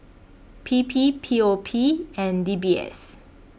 P P P O P and D B S